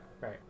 right